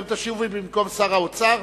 אתם תשיבו במקום שר האוצר?